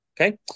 Okay